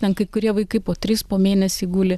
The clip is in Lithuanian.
ten kai kurie vaikai po tris po mėnesį guli